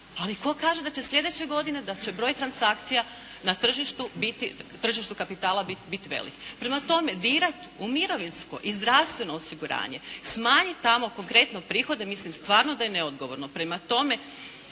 ali tko kaže da će sljedeće godine, da će broj transakcija na tržištu kapitala biti velik. Prema tome dirati u mirovinsko i zdravstveno osiguranje, smanjiti tamo konkretno prihode, mislim stvarno da je neodgovorno.